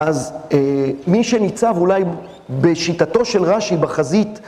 אז מי שניצב אולי בשיטתו של ראשי בחזית...